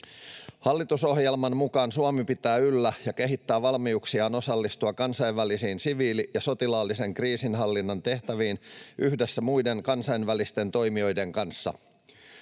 Hallitusohjelman mukaan Suomi pitää yllä ja kehittää valmiuksiaan osallistua kansainvälisiin siviili- ja sotilaallisen kriisinhallinnan tehtäviin yhdessä muiden kansainvälisten toimijoiden kanssa.